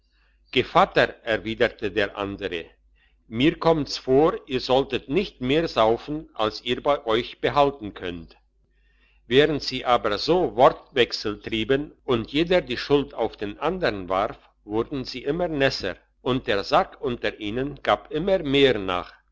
gevatter erwiderte der andere mir kommt's vor ihr solltet nicht mehr saufen als ihr bei euch behalten könnt während sie aber so wortwechsel treiben und jeder die schuld auf den andern warf wurden sie immer nässer und der sack unter ihnen gab immer mehr nach